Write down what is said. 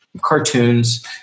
cartoons